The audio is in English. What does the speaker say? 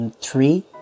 Three